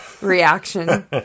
reaction